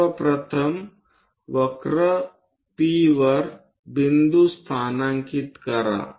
सर्व प्रथम वक्र P वर बिंदू स्थानांकित करा